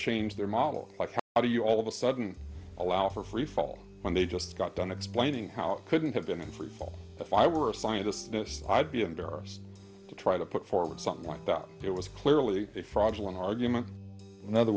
changed their model like how do you all of a sudden allow for free fall when they just got done explaining how it couldn't have been in freefall if i were a scientist i'd be embarrassed to try to put forward something like that it was clearly a fraudulent argument in other